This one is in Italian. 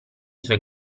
suoi